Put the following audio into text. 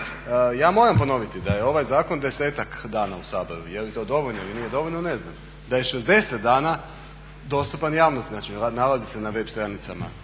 Ja moram ponoviti da je ovaj zakon 10-ak dana u Saboru, je li to dovoljno ili nije dovoljno, ne znam, da je 60 dana dostupan javnosti, znači nalazi se na web stranicama